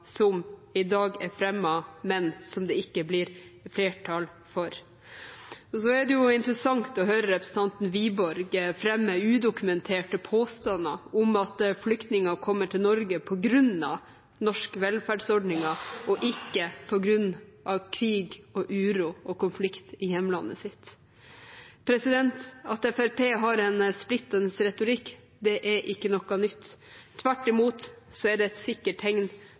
som i dag er fremmet, men som det ikke blir flertall for. Det er også interessant å høre representanten Wiborg fremme udokumenterte påstander om at flyktninger kommer til Norge på grunn av norske velferdsordninger, og ikke på grunn av krig og uro og konflikt i hjemlandet sitt. At Fremskrittspartiet har en splittende retorikk, er ikke noe nytt. Tvert imot er det et sikkert tegn